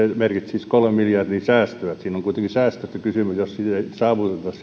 merkitsisi kolmen miljardin säästöä eli siinä on kuitenkin säästöistä kysymys jos